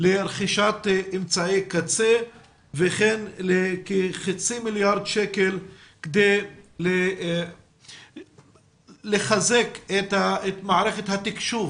לרכישת אמצעי קצה וכן כחצי מיליארד שקלים כדי לחזק את מערכת התקשוב